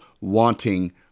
wanting